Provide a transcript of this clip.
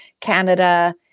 Canada